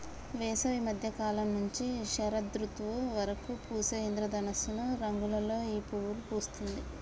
వేసవి మద్య కాలం నుంచి శరదృతువు వరకు పూసే ఇంద్రధనస్సు రంగులలో ఈ పువ్వు పూస్తుంది